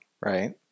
right